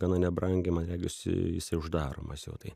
gana nebrangiai man regis isai uždaromas jau tai